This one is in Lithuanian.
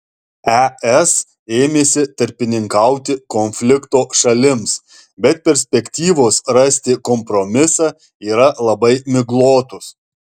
es ėmėsi tarpininkauti konflikto šalims bet perspektyvos rasti kompromisą yra labai miglotos